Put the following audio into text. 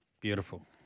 Beautiful